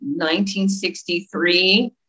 1963